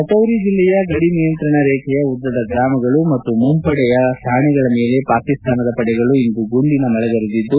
ರಜೌರಿ ಜಿಲ್ಲೆಯ ಗಡಿ ನಿಯಂತ್ರಣ ರೇಖೆಯ ಉದ್ದದ ಗ್ರಾಮಗಳು ಮತ್ತು ಮುಂಪಡೆಯ ಠಾಣೆಗಳ ಮೇಲೆ ಪಾಕಿಸ್ತಾನದ ಪಡೆಗಳು ಇಂದು ಗುಂಡಿನ ಮಳೆಗರೆದಿದ್ದು